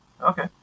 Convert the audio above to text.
Okay